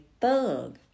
thug